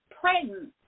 pregnant